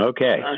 Okay